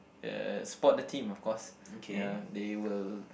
uh support the team of course ya they will